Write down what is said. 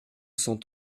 cent